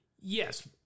Yes